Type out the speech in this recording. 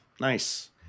Nice